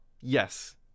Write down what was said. yes